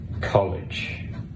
college